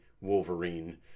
Wolverine